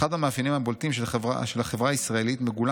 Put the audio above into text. "אחד המאפיינים הבולטים של החברה הישראלית מגולם